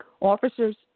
Officers